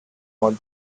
not